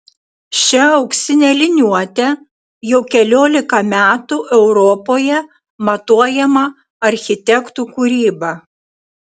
šia auksine liniuote jau keliolika metų europoje matuojama architektų kūryba